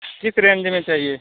کس رینج میں چاہیے